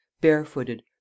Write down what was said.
barefooted